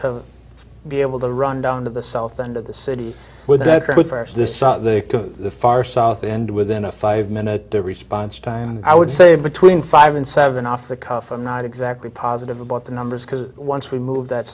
to be able to run down to the south end of the city with that far south end within a five minute response time i would say between five and seven off the cuff i'm not exactly positive about the numbers because once we move that